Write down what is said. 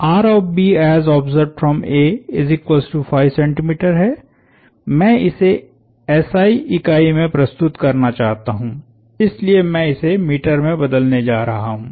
है मैं इसे SI इकाई में प्रस्तुत करना चाहता हु इसलिए मैं इसे मीटर में बदलने जा रहा हूं